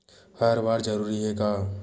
हर बार जरूरी हे का?